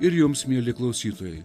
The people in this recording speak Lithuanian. ir jums mieli klausytojai